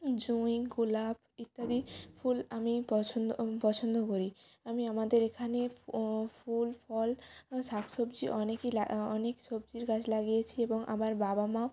জুঁই গোলাপ ইত্যাদি ফুল আমি পছন্দ পছন্দ করি আমি আমাদের এখানে ফুল ফল শাক সবজি অনেকই লা অনেকে সবজির গাছ লাগিয়েছি এবং আমার বাবা মাও